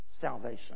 salvation